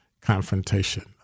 confrontation